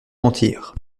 mentir